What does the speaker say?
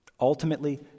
Ultimately